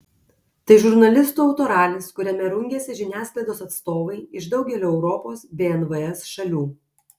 tai žurnalistų autoralis kuriame rungiasi žiniasklaidos atstovai iš daugelio europos bei nvs šalių